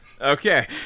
Okay